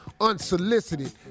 unsolicited